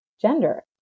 gender